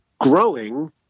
growing